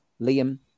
Liam